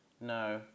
No